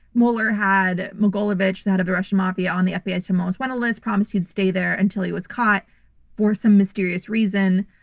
mueller had mogilevich out of the russian mafia on the fbi's ten most wanted list, promise he'd stay there until he was caught for some mysterious reason.